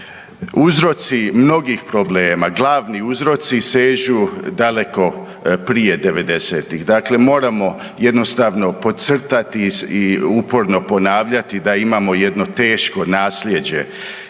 uzroci mnogih problema, glavni uzroci sežu daleko prije 90-ih. Dakle moramo jednostavno podcrtati i uporno ponavljati da imamo jedno teško nasljeđe